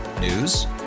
News